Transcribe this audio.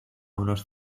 unos